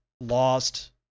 lost